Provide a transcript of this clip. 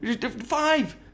Five